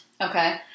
Okay